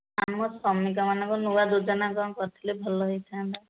ଆମ ଶ୍ରମିକମାନଙ୍କ ନୂଆ ଯୋଜନା କ'ଣ କରିଥିଲେ ଭଲ ହୋଇଥାନ୍ତା